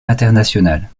internationale